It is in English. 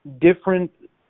different